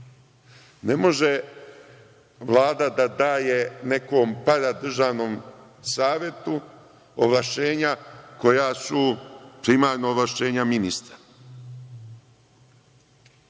može Vlada da daje nekom paradržavnom savetu ovlašćenja koja su primarno ovlašćenja ministra. Treće,